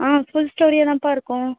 ஆ full ஸ்டோரியாக தான்ப்பா இருக்கும்